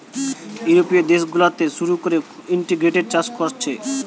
ইউরোপীয় দেশ গুলাতে শুরু কোরে ইন্টিগ্রেটেড চাষ কোরছে